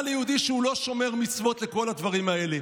מה ליהודי שהוא לא שומר מצוות ולכל הדברים האלה?